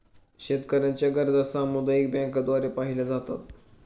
शेतकऱ्यांच्या गरजा सामुदायिक बँकांद्वारे पाहिल्या जातात